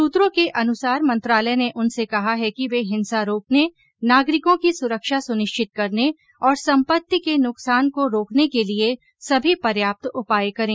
सुत्रों के अनुसार मंत्रालय ने उनसे कहा है कि वे हिंसा रोकने नागरिकों की सुरक्षा सुनिश्चित करने और सम्पत्ति के नुकसान को रोकने के लिए सभी पर्याप्त उपाय करें